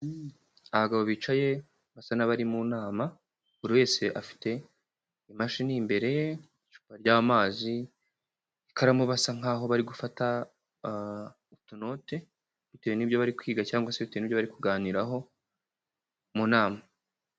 Abagabo bicaye basa n'abari mu nama buri wese afite imashini imbere ye, icupa ry'amazi ikaramu basa nk'aho bari gufata utu note bitewe n'ibyo bari kwiga cyangwa se ibiwe n'ibyo bari kuganiraho mu nama.